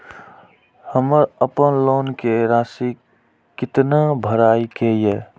हमर अपन लोन के राशि कितना भराई के ये?